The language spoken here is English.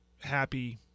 happy